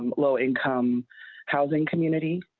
um low income housing community.